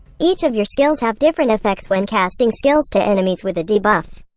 each of your skills have different effects when casting skills to enemies with the debuff.